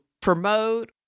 promote